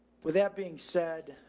with that being said,